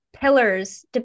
pillars